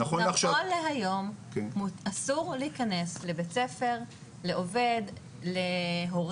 נכון להיום, אסור להיכנס לבית ספר, לעובד, להורה.